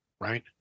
right